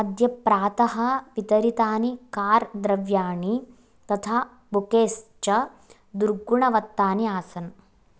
अद्य प्रातः वितरितानि कार् द्रव्याणि तथा बुकेस् च दुर्गुणवत्तानि आसन्